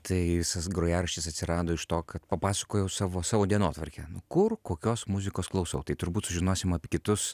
tai visas grojaraštis atsirado iš to kad papasakojau savo savo dienotvarkę nu kur kokios muzikos klausau tai turbūt sužinosim apie kitus